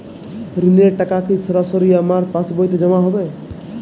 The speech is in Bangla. ঋণের টাকা কি সরাসরি আমার পাসবইতে জমা হবে?